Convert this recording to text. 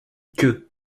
queue